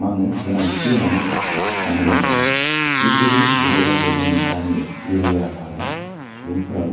मा होनो गोनांथि होन्नानै सान्नो नागेरा सिपिसेलि बर' रावखौ जोंनि गामि एरिया थाग्रा सुबुंफोराल'